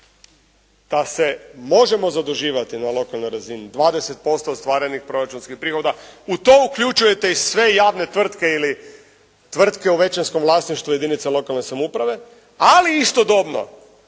da se možemo zaduživati na lokalnoj razini 20% ostvarenih proračunskih prihoda. U to uključujete i sve javne tvrtke ili tvrtke u većinskom vlasništvu jedinica lokalne samouprave. Ali istodobno